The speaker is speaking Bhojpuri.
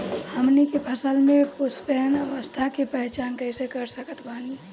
हमनी के फसल में पुष्पन अवस्था के पहचान कइसे कर सकत बानी?